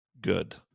good